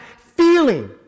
feeling